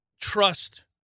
trust